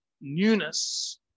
newness